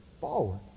forward